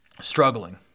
struggling